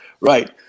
right